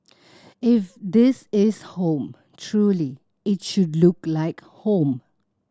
if this is home truly it should look like home